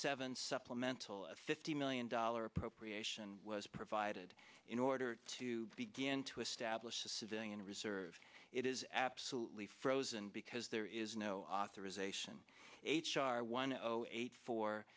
seven supplemental a fifty million dollars appropriation was provided in order to begin to establish the civilian reserve it is absolutely frozen because there is no authorization h r one o eight fo